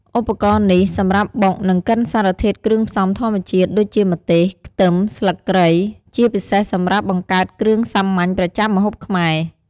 ឧបករណ៍នេះសម្រាប់បុក និងកិនសារធាតុគ្រឿងផ្សំធម្មជាតិ ដូចជាម្ទេស ខ្ទឹម ស្លឹកគ្រៃ ជាពិសេសសម្រាប់បង្កើតគ្រឿងសម្ងាញ់ប្រចាំម្ហូបខ្មែរ។